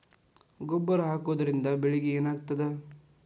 ಗೊಬ್ಬರ ಹಾಕುವುದರಿಂದ ಬೆಳಿಗ ಏನಾಗ್ತದ?